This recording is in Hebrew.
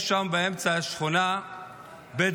יש שם באמצע שכונה בדואית,